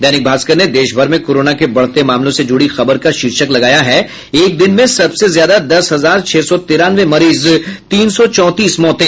दैनिक भास्कर ने देशभर में कोरोना के बढ़ते मामलों से जुड़ी खबर का शीर्षक लगाया है एक दिन में सबसे ज्यादा दस हजार छह सौ तिरानवे मरीज तीन सौ चौंतीस मौतें